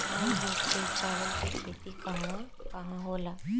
मूल रूप से चावल के खेती कहवा कहा होला?